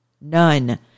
None